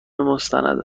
مستند